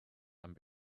and